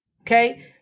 Okay